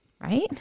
Right